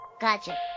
Gotcha